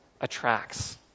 attracts